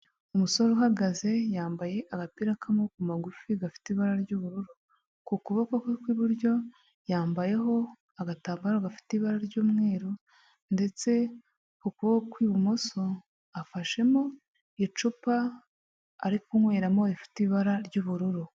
Umusore uhagaze yambaye agapira k'amaboko magufi gafite ibara ry'ubururu, ku kuboko kwe kw'iburyo yambayeho agatambaro gafite ibara ry'umweru ndetse ku kuboko kw'ibumoso afashemo icupa ari kunyweramo rifite ibara ry'ubururu.